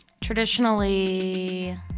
Traditionally